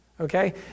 Okay